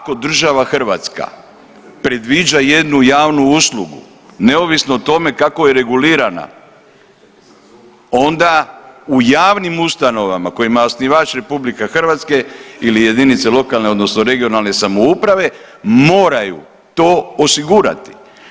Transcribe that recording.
Ako država Hrvatska predviđa jednu javnu uslugu neovisno o tome kako je regulirana onda u javnim ustanovama kojima je osnivač Republika Hrvatska ili jedinice lokalne odnosno regionalne samouprave moraju to osigurati.